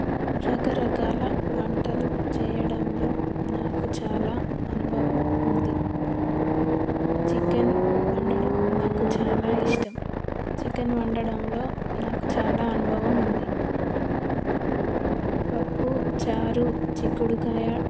రకరకాల వంటలు చేయడంలో నాకు చాలా అనుభవం ఉంది చికెన్ వండడం నాకు చాలా ఇష్టం చికెన్ వండడంలో నాకు చాలా అనుభవం ఉంది పప్పు చారు చిక్కుడుకాయ